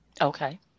Okay